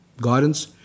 guidance